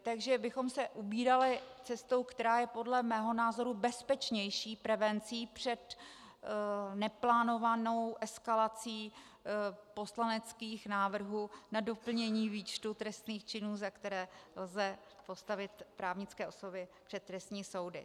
Takže bychom se ubírali cestou, která je podle mého názoru bezpečnější prevencí před neplánovanou eskalací poslaneckých návrhů na doplnění výčtu trestných činů, za které lze postavit právnické osoby před trestní soudy.